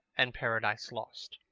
and paradise lost.